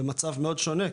במצב מאוד שונה,